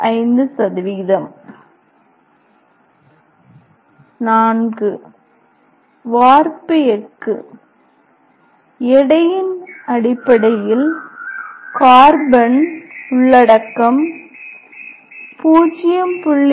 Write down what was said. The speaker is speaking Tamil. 5 iv வார்ப்பு எஃகு எடையின் அடிப்படையில் கார்பன் உள்ளடக்கம் 0